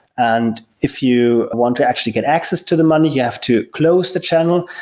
and if you want to actually get access to the money, you have to close the channel.